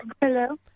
hello